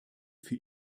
für